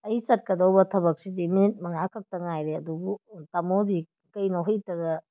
ꯑꯩ ꯆꯠꯀꯗꯧꯕ ꯊꯕꯛꯁꯤꯗꯤ ꯃꯤꯅꯠ ꯃꯉꯥ ꯈꯛꯇꯪ ꯉꯥꯏꯔꯦ ꯑꯗꯨꯕꯨ ꯇꯥꯃꯣꯗꯤ ꯀꯩꯅꯣ ꯍꯧꯖꯤꯛꯇꯗ